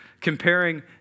Comparing